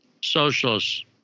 socialists